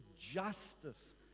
justice